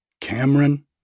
Cameron